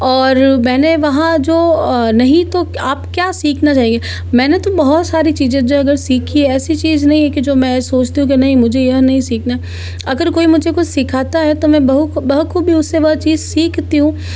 और मैंने वहाँ जो नहीं तो आप क्या सीखना चाहिए मैंने तो बहुत सारी चीज़ें जो अगर सीखी ऐसी चीज नहीं है कि जो मैं सोचती हूँ कि नहीं मुझे यह नहीं सीखना अगर कोई मुझे कुछ सीखना है तो मैं बहुखूबी उससे वह चीज सिखाती हूँ